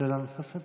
שאלה נוספת.